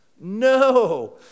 No